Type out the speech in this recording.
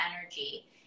energy